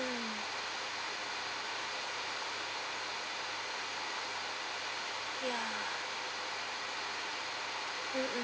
mm ya um mm